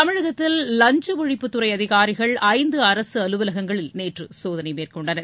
தமிழகத்தில் லஞ்ச ஒழிப்புத்துறை அதிகாரிகள் ஐந்து அரசு அலுவலகங்களில் நேற்று சோதனை மேற்கொண்டனர்